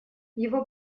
его